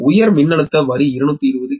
உயர் மின்னழுத்த வரி 220 கே